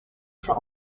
for